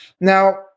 Now